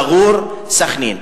שאגור-סח'נין,